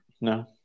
No